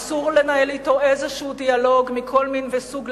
אסור לנהל אתו איזשהו דיאלוג מכל מין וסוג,